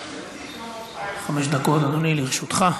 חמש דקות, אדוני, לרשותך.